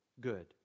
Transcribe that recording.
good